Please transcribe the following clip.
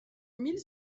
mille